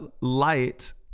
light